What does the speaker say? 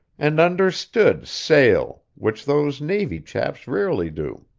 and understood sail, which those navy chaps rarely do.